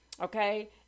Okay